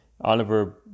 oliver